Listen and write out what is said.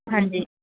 ਹਾਂਜੀ